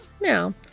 Now